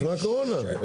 לפני הקורונה.